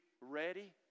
ready